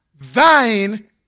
Thine